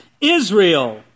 Israel